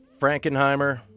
Frankenheimer